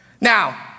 Now